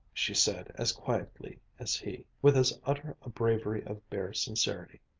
she said as quietly as he, with as utter a bravery of bare sincerity,